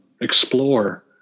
explore